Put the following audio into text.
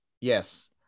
Yes